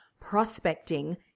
prospecting